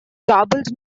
garbled